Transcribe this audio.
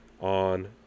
on